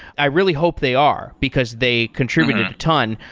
i really hope they are, because they contributed a ton.